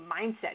mindset